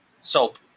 soap